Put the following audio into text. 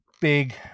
big